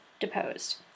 deposed